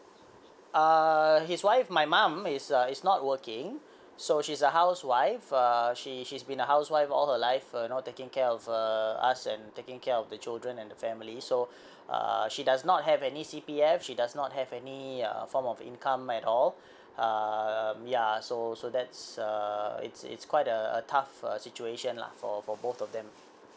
err his wife my mum is a is not working so she's a housewife uh she she's been a housewife all her life you know taking care of uh us and taking care of the children and the family so ah she does not have any C_P_F she does not have any uh form of income at all um ya so so that's a it's it's quite a a tough situation lah for for both of them